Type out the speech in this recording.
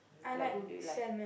like who do you like